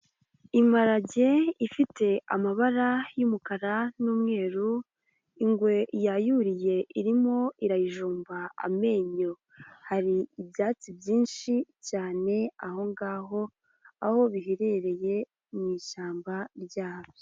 Imparage ifite amabara y'umukara n'umweru, ingwe yayuriye irimo irayijomba amenyo, hari ibyatsi byinshi cyane aho ngaho aho biherereye mu ishyamba ryabyo.